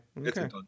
Okay